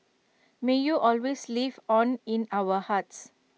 may you always live on in our hearts